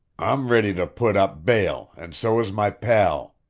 i'm ready to put up bail, and so is my pal!